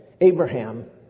Abraham